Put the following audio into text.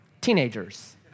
Teenagers